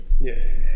Yes